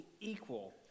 equal